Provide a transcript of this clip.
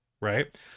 Right